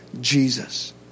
Jesus